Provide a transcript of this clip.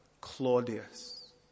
Claudius